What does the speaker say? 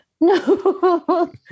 no